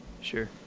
Sure